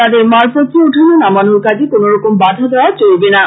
তাদের মালপত্র ওঠানো নামানোর কাজে কোনোরকম বাধা দেওয়া চলবেনা